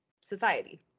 society